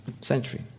century